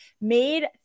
made